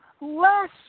less